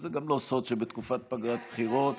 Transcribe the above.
וזה גם לא סוד שבתקופת פגרת בחירות